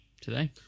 today